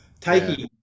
taking